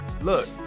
Look